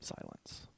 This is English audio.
silence